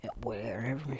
wherever